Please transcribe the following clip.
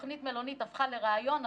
תוכנית מלונית הפכה לרעיון,